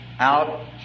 out